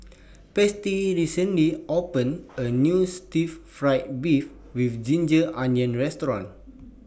Patsy recently opened A New Stir Fry Beef with Ginger Onions Restaurant